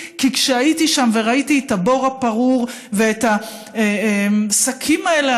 כי כשהייתי שם וראיתי את הבור הפעור ואת השקים האלה